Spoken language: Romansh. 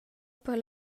per